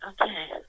Okay